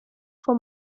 for